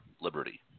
Liberty